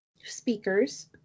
speakers